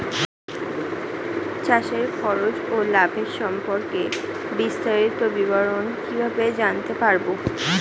চাষে খরচ ও লাভের সম্পর্কে বিস্তারিত বিবরণ কিভাবে জানতে পারব?